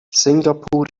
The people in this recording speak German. singapur